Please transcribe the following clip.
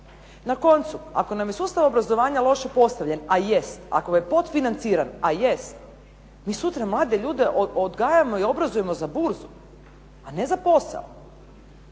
Na koncu, ako nam je sustav obrazovanja loše postavljen a jest, ako je podfinanciran a jest mi sutra mlade ljude odgajamo i obrazujemo za burzu a ne za posao.